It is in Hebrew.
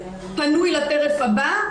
פנוי לטרף הבא?